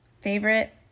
Favorite